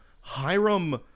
Hiram